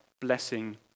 blessing